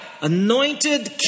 Anointed